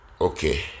Okay